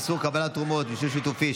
איסור קבלת תרומות מיישוב שיתופי),